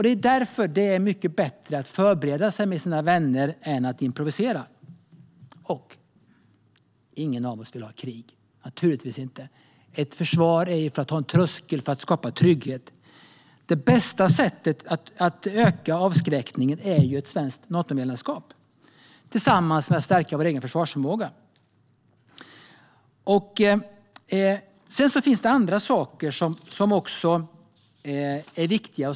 Det är därför det är mycket bättre att förbereda sig med sina vänner än att improvisera. Ingen av oss vill ha krig - naturligtvis inte. Ett försvar är till för att ha en tröskel, för att skapa trygghet. Det bästa sättet att öka avskräckningen är ju ett svenskt Natomedlemskap tillsammans med att stärka vår egen försvarsförmåga. Det finns andra saker som också är viktiga.